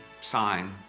sign